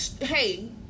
hey